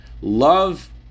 love